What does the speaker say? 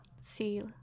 See